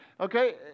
okay